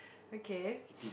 okay